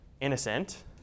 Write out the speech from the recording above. innocent